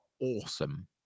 awesome